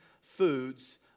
foods